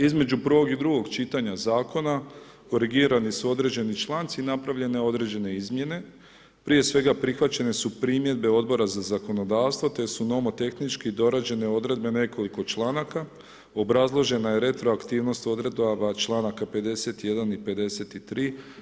Između prvog i drugog čitanja Zakona, korigirani su određeni članci, napravljene određene izmjene, prije svega, prihvaćene su primjedbe Odbora za zakonodavstvo, te su… [[Govornik se ne razumije]] tehnički dorađene odredbe nekoliko članaka, obrazložena je retroaktivnost odredaba čl. 51. i čl. 53.